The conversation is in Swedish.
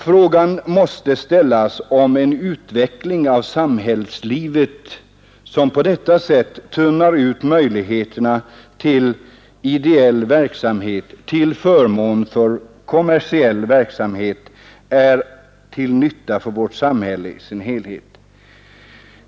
Frågan måste ställas, om en utveckling av samhällslivet som på detta sätt tunnar ut möjligheterna till ideell verksamhet till förmån för kommersiell verksamhet är till nytta för vårt samhälle i dess helhet.